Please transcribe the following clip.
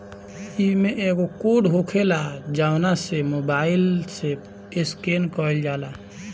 इमें एगो कोड होखेला जवना के मोबाईल से स्केन कईल जाला